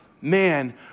man